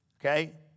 Okay